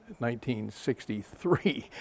1963